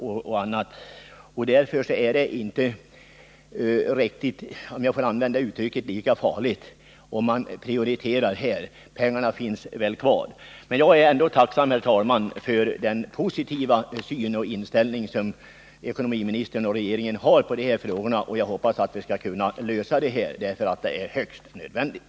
Därför är det, om jag får använda det uttrycket, inte riktigt lika farligt att prioritera sådana krediter som jag har talat om. Pengarna finns ändå kvar. Jag är emellertid tacksam, herr talman, för den positiva inställning som ekonomiministern och regeringen har i dessa frågor. Jag hoppas att vi skall kunna lösa problemen, för det är högst nödvändigt.